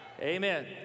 Amen